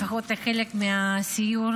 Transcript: לפחות לחלק מהסיור,